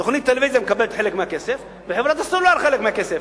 תוכנית הטלוויזיה מקבלת חלק מהכסף וחברת הסלולר חלק מהכסף.